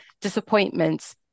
disappointments